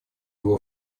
его